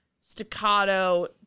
staccato